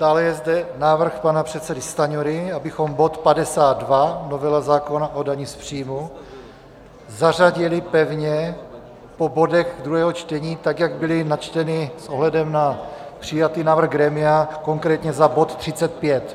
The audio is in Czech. Dále je zde návrh pana předsedy Stanjury, abychom bod 52, novela zákona o dani z příjmu, zařadili pevně po bodech druhého čtení, jak byly načteny s ohledem na přijatý návrh grémia, konkrétně za bod 35.